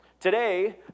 Today